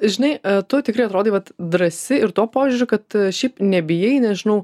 žinai tu tikrai atrodai vat drąsi ir tuo požiūriu kad šiaip nebijai nežinau